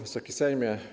Wysoki Sejmie!